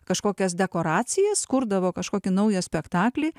kažkokias dekoracijas kurdavo kažkokį naują spektaklį